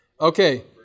Okay